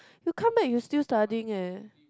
you come back you still studying eh